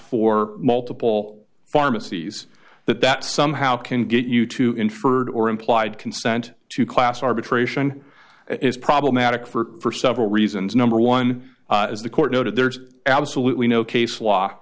for multiple pharmacies that that somehow can get you to inferred or implied consent to class arbitration is problematic for several reasons number one as the court noted there's absolutely no case law